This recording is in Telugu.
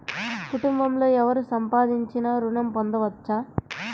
కుటుంబంలో ఎవరు సంపాదించినా ఋణం పొందవచ్చా?